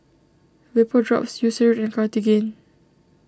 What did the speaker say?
Vapodrops Eucerin and Cartigain